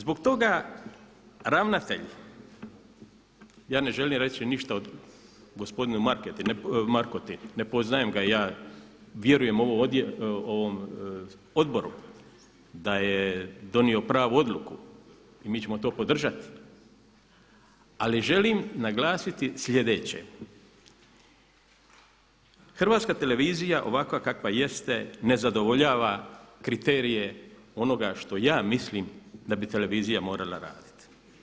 Zbog toga ravnatelj, ja ne želim reći ništa o gospodinu Markoti, ne poznajem ga ja, vjerujem odboru da je donio pravu odluku i mi ćemo to podržati, ali želim naglasiti sljedeće, Hrvatska televizija ovakva kakva jeste ne zadovoljava kriterije onoga što ja mislim da bi televizija morala raditi.